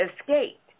Escaped